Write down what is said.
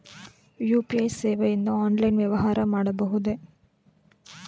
UPI ಸೇವೆಯಿಂದ online ವ್ಯವಹಾರ ಮಾಡಬಹುದೇ?